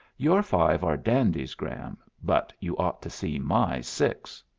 your five are dandies, gran, but you ought to see my six.